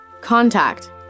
Contact